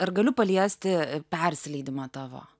ar galiu paliesti persileidimą tavo